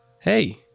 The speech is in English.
Hey